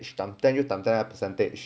time ten 就有 time ten percentage